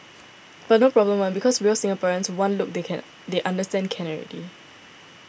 but no problem one because real Singaporeans one look they can they understand can already